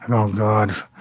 know. god,